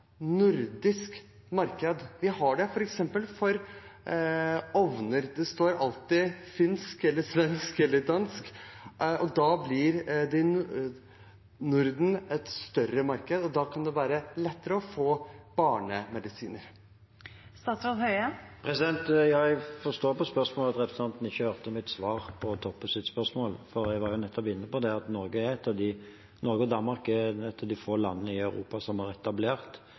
nordisk marked? Vi har det f.eks. for ovner. Det står alltid på finsk eller svensk eller dansk. Da blir Norden et større marked, og det kan være lettere å få barnemedisiner. Ja, jeg forstår av spørsmålet at representanten ikke hørte mitt svar på Toppes spørsmål, for jeg var inne på at Norge og Danmark er av de få landene i Europa som har etablert